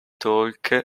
talk